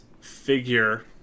figure